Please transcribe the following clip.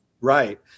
Right